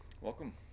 Welcome